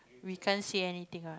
we can't say anything ah